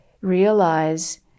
realize